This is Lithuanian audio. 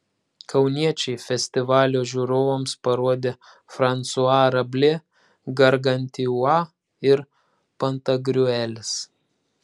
kauniečiai festivalio žiūrovams parodė fransua rablė gargantiua ir pantagriuelis